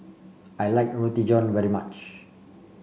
I like Roti John very much